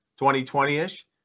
2020-ish